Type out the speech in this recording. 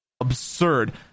absurd